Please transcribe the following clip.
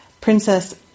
Princess